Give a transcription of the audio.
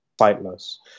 sightless